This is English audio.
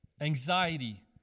anxiety